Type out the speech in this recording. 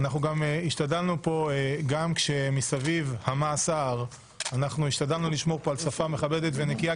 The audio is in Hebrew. אנחנו גם השתדלנו לשמור כאן על שפה מכבדת ונקייה,